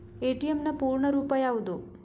ATM ನ ಪೂರ್ಣ ರೂಪ ಯಾವುದು?